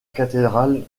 cathédrale